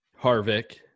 Harvick